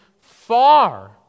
far